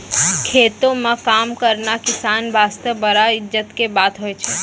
खेतों म काम करना किसान वास्तॅ बड़ा इज्जत के बात होय छै